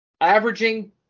averaging